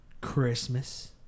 Christmas